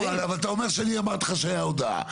נאור, אבל אתה אומר שאני אמרתי לך שהיה הודעה.